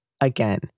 Again